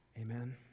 Amen